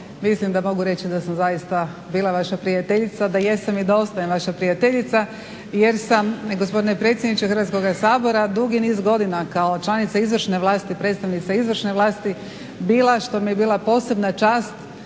Mislim da mogu reći da sam zaista bila vaša prijateljica, da jesam i da ostajem vaša prijateljica jer sam gospodine predsjedniče Hrvatskoga sabora dugi niz godina kao članica izvršne vlasti i predstavnica izvršne vlasti bila što mi je bila posebna čast